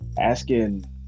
asking